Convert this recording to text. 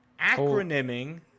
acronyming